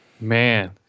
man